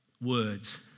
Words